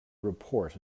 report